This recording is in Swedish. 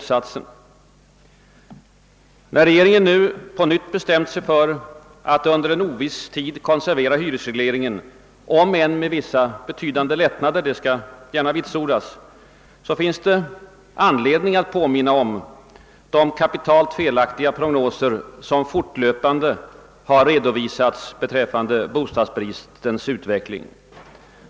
När regeringen nu på nytt bestämt sig för att under en oviss tid konservera hyresregleringen — om än med vissa betydande lättnader, det skall gärna vitsordas — finns det anledning att påminna om de kapitalt felaktiga prognoser, som fortlöpande har redovisats beträffande bostadsbristens utveckling.